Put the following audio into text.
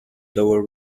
lower